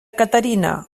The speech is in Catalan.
caterina